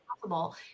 possible